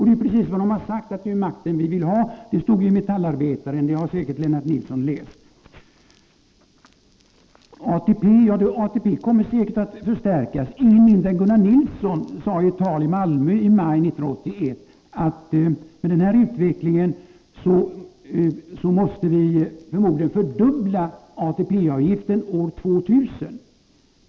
Det är också precis vad de vill ha. Det stod i Metallarbetaren, som Lennart Nilsson säkert har läst. ATP-systemet kommer säkert att förstärkas. Ingen mindre än Gunnar Nilsson sade i ett tal i Malmö i maj 1979 att vi med den pågående utvecklingen förmodligen måste fördubbla ATP-avgiften år 2000.